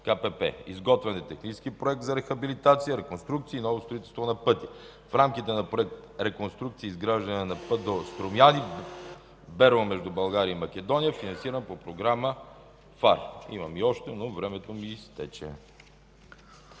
КПП. Изготвен е технически проект за рехабилитация, реконструкция и ново строителство на пътя. В рамките на проект „Реконструкция и изграждане на пътя Струмяни – Берово” между България и Македония е финансиран по програма... (Председателят